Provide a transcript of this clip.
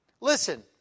Listen